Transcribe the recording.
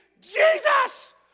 Jesus